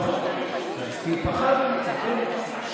נכון, כי פחדנו מזה, כן.